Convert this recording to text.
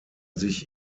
sich